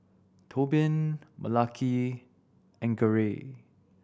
Tobin Malaki and Garey